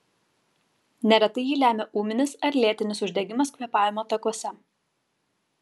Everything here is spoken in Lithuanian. neretai jį lemia ūminis ar lėtinis uždegimas kvėpavimo takuose